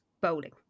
bowling